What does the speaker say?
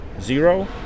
zero